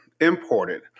imported